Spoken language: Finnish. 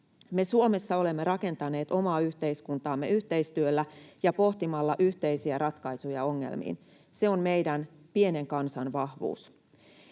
Me Suomessa olemme rakentaneet omaa yhteiskuntaamme yhteistyöllä ja pohtimalla yhteisiä ratkaisuja ongelmiin. Se on meidän, pienen kansan, vahvuus.